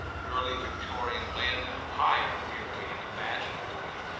an early victorian landau, hired, near at hand, imaginatively,